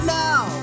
now